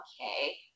Okay